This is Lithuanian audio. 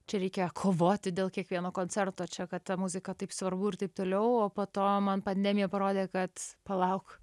čia reikia kovoti dėl kiekvieno koncerto čia kad ta muzika taip svarbu ir taip toliau o po to man pandemija parodė kad palauk